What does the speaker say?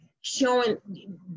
showing